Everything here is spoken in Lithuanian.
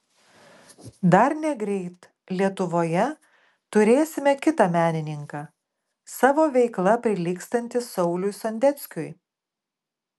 dar negreit lietuvoje turėsime kitą menininką savo veikla prilygstantį sauliui sondeckiui